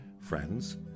friends